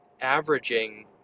averaging